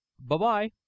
Bye-bye